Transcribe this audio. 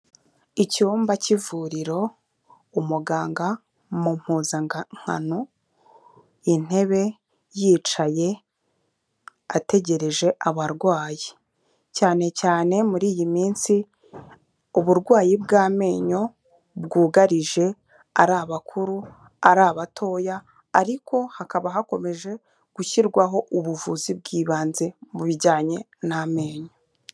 Icyumba cy'ivuriro, umuganga mu mpuzankano, intebe yicaye ategereje abarwayi, cyane cyane muri iyi minsi uburwayi bw'amenyo bwugarije, ari abakuru, ari abatoya, ariko hakaba hakomeje gushyirwaho ubuvuzi bw'ibanze mu bijyanye n'amenyo.